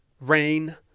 Rain